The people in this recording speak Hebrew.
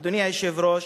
אדוני היושב-ראש,